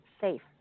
safe